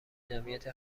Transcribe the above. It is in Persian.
جمعیت